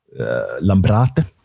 Lambrate